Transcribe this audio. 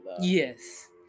Yes